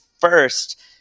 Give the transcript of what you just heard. first